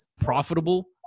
profitable